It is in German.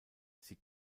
sie